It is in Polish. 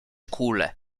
kule